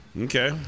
okay